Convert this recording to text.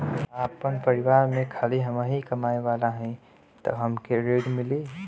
आपन परिवार में खाली हमहीं कमाये वाला हई तह हमके ऋण मिली?